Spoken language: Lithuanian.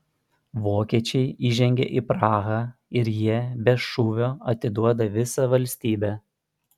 vokiečiai įžengia į prahą ir jie be šūvio atiduoda visą valstybę